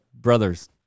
brothers